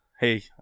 Hey